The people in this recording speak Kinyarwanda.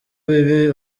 bibi